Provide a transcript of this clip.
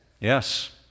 Yes